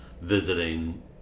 visiting